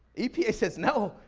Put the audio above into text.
epa says, no,